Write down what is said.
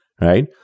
right